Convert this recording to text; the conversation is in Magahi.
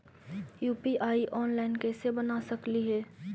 यु.पी.आई ऑनलाइन कैसे बना सकली हे?